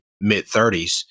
mid-30s